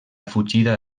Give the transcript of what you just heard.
fugida